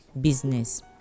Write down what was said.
business